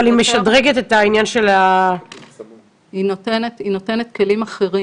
אבל היא משדרגת את העניין של --- היא נותנת כלים אחרים